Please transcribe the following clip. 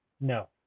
no